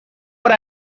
what